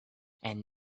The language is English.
and